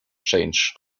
change